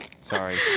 Sorry